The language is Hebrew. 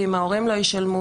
ואם ההורים לא ישלמו,